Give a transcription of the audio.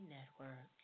Network